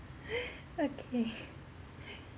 okay